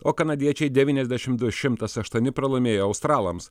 o kanadiečiai devyniasdešimt du šimtas aštuoni pralaimėjo australams